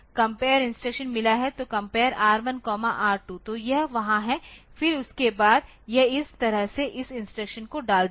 तो compare R1R 2 तो यह वहां है फिर उसके बाद यह इस तरह से इस इंस्ट्रक्शन को डाल देगा